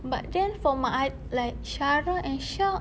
but then for my oth~ like syara and shak